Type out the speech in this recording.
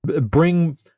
bring